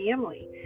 family